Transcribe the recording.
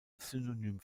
synonym